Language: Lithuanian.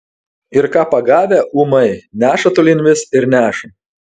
ir ką pagavę ūmai neša tolyn vis ir neša